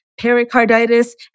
pericarditis